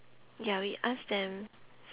ya we ask them